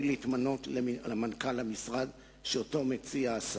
להתמנות למנכ"ל המשרד של השר המציע.